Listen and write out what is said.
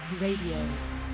Radio